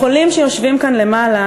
החולים שיושבים כאן למעלה,